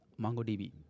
MongoDB